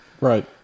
Right